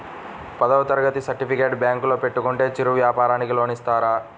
పదవ తరగతి సర్టిఫికేట్ బ్యాంకులో పెట్టుకుంటే చిరు వ్యాపారంకి లోన్ ఇస్తారా?